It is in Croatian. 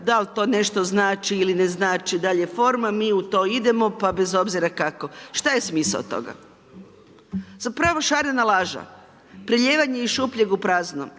dal' to nešto znači ili ne znači, dal' je forma, mi u to idemo pa bez obzira kako. Šta je smisao toga? Zapravo šarena laža, prelijevanje iz šupljeg u prazno.